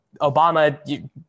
Obama